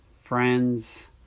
friends